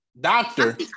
Doctor